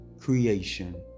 Creation